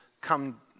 come